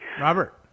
Robert